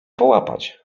połapać